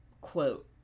quote